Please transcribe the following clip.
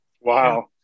Wow